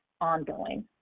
ongoing